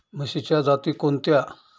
म्हशीच्या जाती कोणत्या?